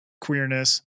queerness